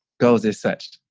goes is such